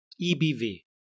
EBV